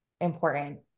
important